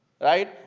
Right